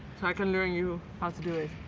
i can learn you how to do it.